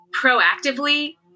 proactively